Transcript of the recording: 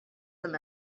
them